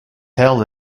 held